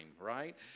right